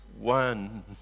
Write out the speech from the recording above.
One